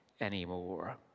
anymore